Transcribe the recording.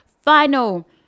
final